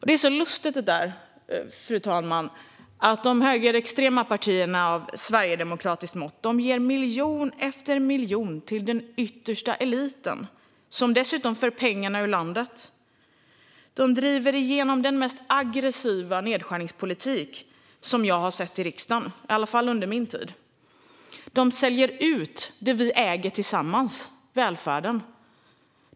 Det är lustigt, fru talman, att de högerextrema partierna av sverigedemokratisk typ ger miljon efter miljon till den yttersta eliten - som dessutom för ut pengarna ur landet. De driver igenom den mest aggressiva nedskärningspolitik jag har sett, i alla fall under min tid i riksdagen. De säljer ut det vi äger tillsammans, det vill säga välfärden.